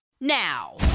now